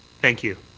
thank you.